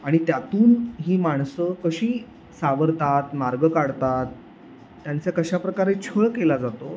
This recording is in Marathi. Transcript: आणि त्यातून ही माणसं कशी सावरतात मार्ग काढतात त्यांचा कशाप्रकारे छळ केला जातो